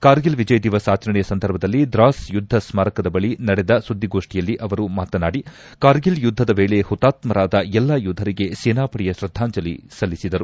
ಕಾರ್ಗಿಲ್ ವಿಜಯ್ ದಿವಸ್ ಆಚರಣೆಯ ಸಂದರ್ಭದಲ್ಲಿ ದ್ರಾಸ್ ಯುದ್ಧ ಸ್ಮಾರಕದ ಬಳಿ ನಡೆದ ಸುದ್ದಿಗೋಷ್ಟಿಯಲ್ಲಿ ಅವರು ಮಾತನಾಡಿ ಕಾರ್ಗಿಲ್ ಯುದ್ದದ ವೇಳೆ ಹುತಾತ್ಮರಾದ ಎಲ್ಲಾ ಯೋಧರಿಗೆ ಸೇನಾಪಡೆಯ ಶ್ರದ್ದಾಂಜಲಿ ಸಲ್ಲಿಸಿದರು